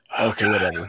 Okay